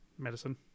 Medicine